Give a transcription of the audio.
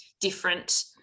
different